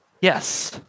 Yes